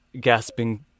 gasping